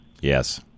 Yes